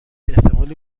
احتمالی